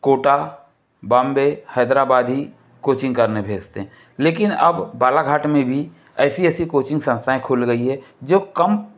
कोटा बॉम्बे हैदराबाद ही कोचिंग करने भेजते हैं लेकिन अब बालाघाट में भी ऐसी ऐसी कोचिंग संस्थाएँ खुल गई हैं जो कम